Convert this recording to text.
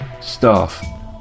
staff